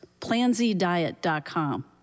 PlanZDiet.com